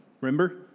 remember